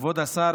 כבוד השר,